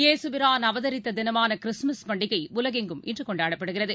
இயேசு பிராள் அவதரித்த தினமாள கிறிஸ்துமஸ் பண்டிகை உலகெங்கும் இன்று கொண்டாடப்படுகிறது